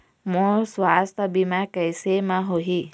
मोर सुवास्थ बीमा कैसे म होही?